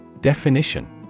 Definition